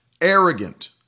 arrogant